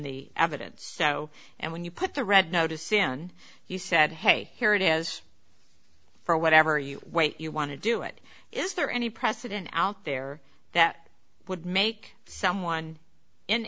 the evidence so and when you put the red notice in you said hey here it is for whatever you wait you want to do it is there any precedent out there that would make someone in